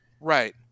Right